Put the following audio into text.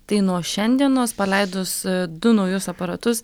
tai nuo šiandienos paleidus du naujus aparatus